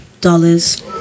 dollars